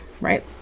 right